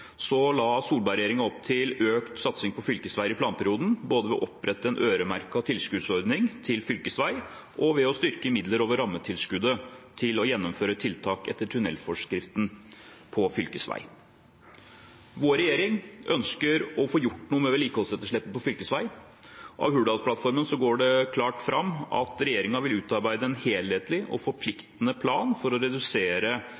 økt satsing på fylkesveier i planperioden både ved å opprette en øremerket tilskuddsordning til fylkesveier og ved å styrke midler over rammetilskuddet til å gjennomføre tiltak etter tunnelforskriften på fylkesveier. Vår regjering ønsker å få gjort noe med vedlikeholdsetterslepet på fylkesveier. Av Hurdalsplattformen går det klart fram at regjeringen vil «utarbeide en helhetlig og